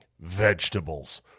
vegetables